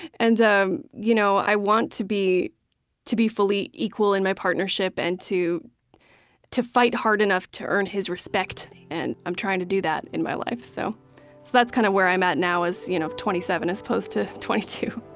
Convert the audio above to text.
and um you know i want to be to be fully equal in my partnership and to to fight hard enough to earn his respect. and i'm trying to do that in my life. so that's kind of where i'm at now at you know twenty seven, as opposed to twenty two